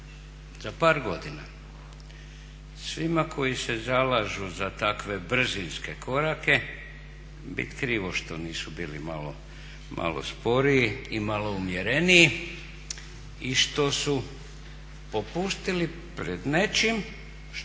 za par godina svima koji se zalažu za takve brzinske korake bit krivo što nisu bili malo sporiji i malo umjereniji i što su popustili pred nečim što